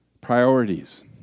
priorities